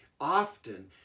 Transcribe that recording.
often